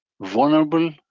vulnerable